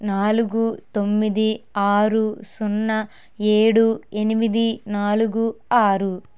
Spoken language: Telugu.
నాలుగు తొమ్మిది ఆరు సున్నా ఏడు ఎనిమిది నాలుగు ఆరు